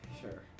Sure